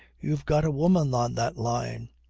you've got a woman on that line.